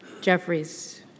Jeffries